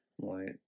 Right